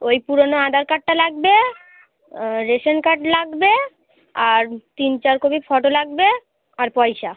ওই পুরোনো আধার কার্ডটা লাগবে রেশন কার্ড লাগবে আর তিন চার কপি ফটো লাগবে আর পয়সা